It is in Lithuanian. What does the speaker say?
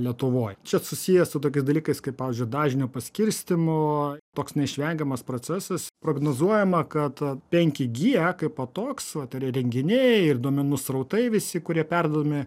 lietuvoj čia susiję su tokiais dalykais kaip pavyzdžiui dažnių paskirstymu toks neišvengiamas procesas prognozuojama kad penki gie kaipo toks tai yra renginiai ir duomenų srautai visi kurie perduodami